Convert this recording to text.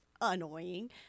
annoying